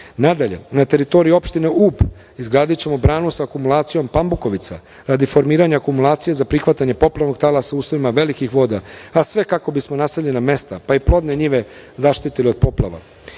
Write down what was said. na teritoriji opštine Ub izgradićemo branu sa akumulacijom Pambukovica radi formiranja akumulacije za prihvatanje poplavnog talasa u uslovima velikih voda, a sve kako bismo naseljena mesta, pa i plodne njive zaštitili od